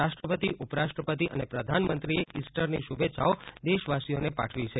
રાષ્ટ્રપતિ ઉપરાષ્ટ્રપતિ અને પ્રધાનમંત્રીએ ઇસ્ટરની શુભેચ્છાઓ દેશવાસીઓને પાઠવી છે